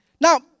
Now